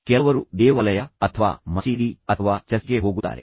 ಕೆಲವರು ದೇವಾಲಯ ಅಥವಾ ಮಸೀದಿ ಅಥವಾ ಚರ್ಚ್ಗೆ ಹೋಗುತ್ತಾರೆ